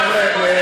חבר'ה,